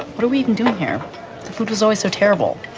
what are we even doing here? the food was always so terrible.